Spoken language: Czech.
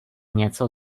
něco